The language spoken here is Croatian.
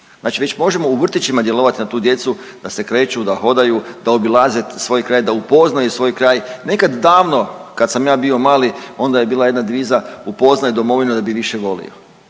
znači već možemo u vrtićima djelovati na tu djecu, da se kreću, da hodaju, da obilaze svoj kraj, da upoznaju svoj kraj, nekad davno kad sam ja bio mali ona je bila jedna .../Govornik se ne razumije./...